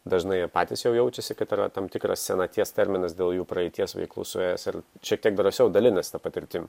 dažnai jie patys jau jaučiasi kad yra tam tikras senaties terminas dėl jų praeities veiklų suėjęs ir šiek tiek drąsiau dalinasi ta patirtim